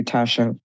Tasha